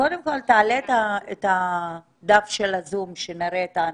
קודם כול, תעלה את דף ה-ZOOM כדי שנראה את האנשים.